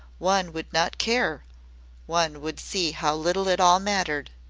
one would not care one would see how little it all mattered.